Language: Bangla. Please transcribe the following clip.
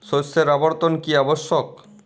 শস্যের আবর্তন কী আবশ্যক?